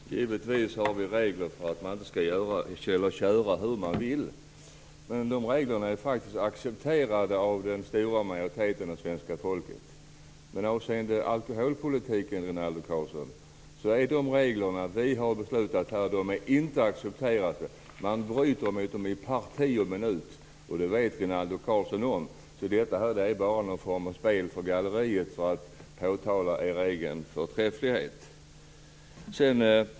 Herr talman! Givetvis har vi regler för att man inte skall köra hur man vill. De reglerna är faktiskt accepterade av den stora majoriteten av svenska folket. Men avseende alkoholpolitiken, Rinaldo Karlsson, är de regler som vi har beslutat om här i kammaren inte accepterade. Man bryter mot dem i parti och minut, och det vet Rinaldo Karlsson om. Detta är bara någon form av spel för galleriet för att påtala er egen förträfflighet.